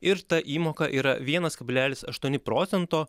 ir ta įmoka yra vienas kablelis aštuoni procento